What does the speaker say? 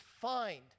find